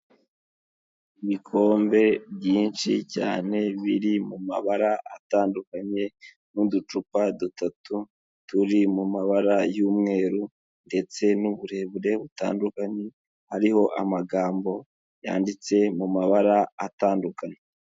Ibikombe byinshi cyane biri mu mabara atandukanye, n'uducupa dutatu turi mu mabara y'umweru, ndetse n'uburebure butandukanye hariho amagambo yanditse mu mabara atandukanye.